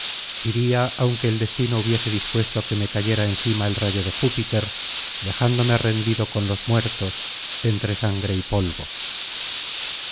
iría aunque el destino hubiese dispuesto que me cayera encima el rayo de júpiter dejándome tendido con los muertos entre sangre y polvo